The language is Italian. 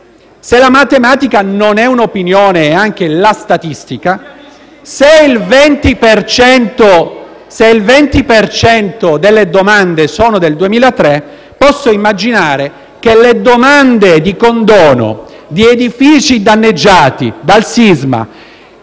se la matematica non è un’opinione (e anche la statistica), se il 20 per cento delle domande sono del 2003, posso immaginare che le domande di condono di edifici danneggiati dal sisma